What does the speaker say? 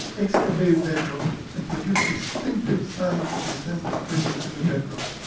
excavated bedrock, and produced distinctive signs of intense disturbance in the bedrock.